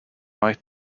might